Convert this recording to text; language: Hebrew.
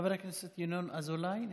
חבר הכנסת ינון אזולאי נמצא?